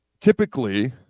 Typically